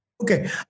Okay